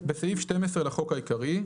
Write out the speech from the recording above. " בסעיף 12 לחוק העיקרי,